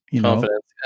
confidence